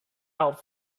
out